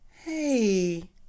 Hey